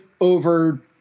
over